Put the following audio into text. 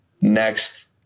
next